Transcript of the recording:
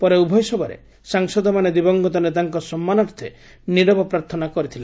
ପରେ ଉଭୟ ସଭାରେ ସାଂସଦମାନେ ଦିବଂଗତ ନେତାଙ୍କ ସମ୍ମାନାର୍ଥେ ନିରବ ପ୍ରାର୍ଥନା କରିଥିଲେ